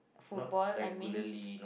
football I mean